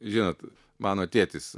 žinot mano tėtis